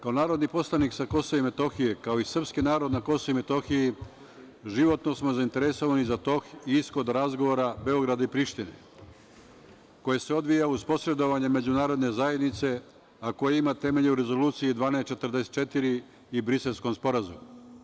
Kao narodni poslanik sa Kosova i Metohije, kao i srpski narod na Kosovu i Metohiju životno smo zainteresovani za tok i ishod razgovora Beograda i Prištine koji se odvija uz posredovanje Međunarodne zajednice, a koji ima temelje u Rezoluciji 1244 i Briselskom sporazumu.